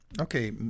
Okay